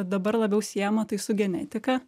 dabar labiau siejama tai su genetika